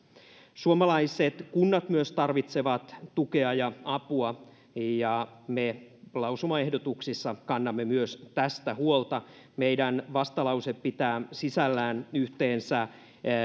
suomalaiset kunnat tarvitsevat tukea ja apua ja me lausumaehdotuksissa kannamme myös tästä huolta meidän vastalauseemme pitää sisällään yhteensä